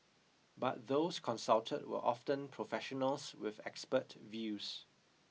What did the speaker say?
but those consulted were often professionals with expert views